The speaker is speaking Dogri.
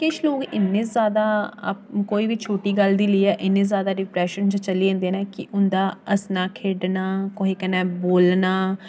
किश लोक इ'न्नें जादा कोई बी छोटी गल्ल दी लेइयै इ'न्ने जादा डिप्रेशन च चली जंदे न कि उं'दा हस्सना खेढना कोहे कन्नै बोलना